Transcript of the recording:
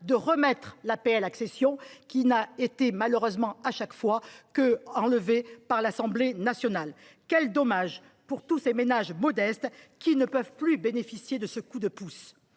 de rétablir l’APL accession, qui a malheureusement à chaque fois été supprimée par l’Assemblée nationale. Quel dommage pour tous les ménages modestes qui ne peuvent plus bénéficier de ce coup de pouce